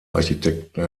architekten